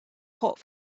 hot